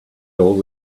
all